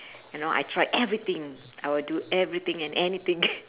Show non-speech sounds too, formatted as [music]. you know I tried everything I will do everything and anything [laughs]